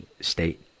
state